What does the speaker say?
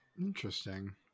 Interesting